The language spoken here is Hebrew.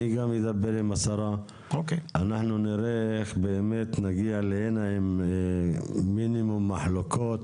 אני גם אדבר עם השרה ואנחנו נראה איך באמת נגיע הנה עם מינימום מחלוקות